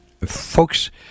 Folks